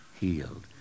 healed